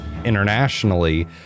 internationally